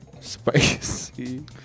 Spicy